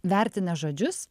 vertina žodžius